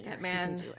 Man